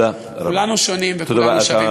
כולנו שונים וכולנו שווים.